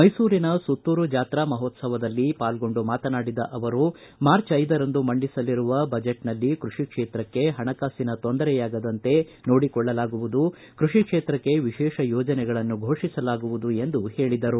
ಮೈಸೂರಿನ ಸುತ್ತೂರು ಜಾತ್ರಾ ಮಹೋತ್ಸವದಲ್ಲಿ ಭಾಗವಹಿಸಿ ಮಾತನಾಡಿದ ಅವರು ಮಾರ್ಚ್ ಐದರಂದು ಮಂಡಿಸಲಿರುವ ಬಜೆಟ್ನಲ್ಲಿ ಕೈಷಿ ಕ್ಷೇತ್ರಕ್ಷೆ ಹಣಕಾಸಿನ ತೊಂದರೆ ಆಗದಂತೆ ನೋಡಿಕೊಳ್ಳಲಾಗುವುದು ಕೃಷಿ ಕ್ಷೇತ್ರಕ್ಷೆ ವಿಶೇಷ ಯೋಜನಗಳನ್ನು ಫೋಷಿಸಲಾಗುವುದು ಎಂದು ಹೇಳಿದರು